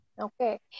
Okay